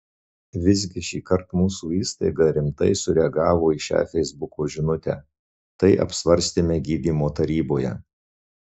visgi šįkart mūsų įstaiga rimtai sureagavo į šią feisbuko žinutę tai apsvarstėme gydymo taryboje